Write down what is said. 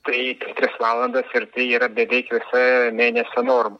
tai per tris valandas ir tai yra beveik visa mėnesio norma